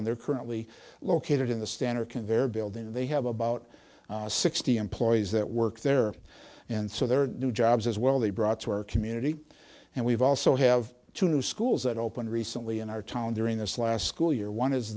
and they're currently located in the standard they're building and they have about sixty employees that work there and so there are new jobs as well they brought to our community and we've also have two new schools that opened recently in our town during this last school year one is